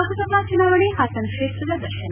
ಲೋಕಸಭಾ ಚುನಾವಣೆ ಹಾಸನ ಕ್ಷೇತ್ರ ದರ್ಶನ